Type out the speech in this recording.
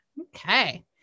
Okay